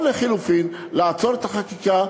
או לחלופין לעצור את החקיקה,